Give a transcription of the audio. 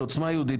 עוצמה יהודית,